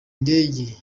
ndege